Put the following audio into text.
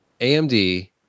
AMD